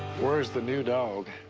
where's the new dog?